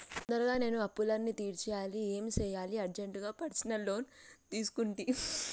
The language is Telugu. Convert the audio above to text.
తొందరగా నేను అప్పులన్నీ తీర్చేయాలి ఏం సెయ్యాలి అర్జెంటుగా పర్సనల్ లోన్ తీసుకుంటి